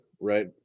right